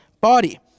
body